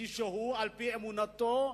כפי שהוא על-פי אמונתו,